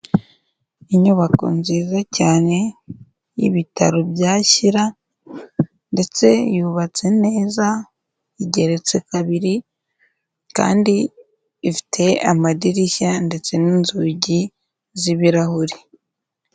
Inyubako nziza cyane y'Ibitaro bya Shyira ndetse yubatse neza, igeretse kabiri kandi ifite amadirishya ndetse n'inzugi z'ibirahure.